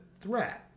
threat